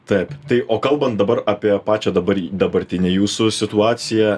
taip tai o kalbant dabar apie pačią dabar dabartinę jūsų situaciją